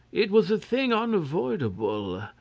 it was a thing unavoidable,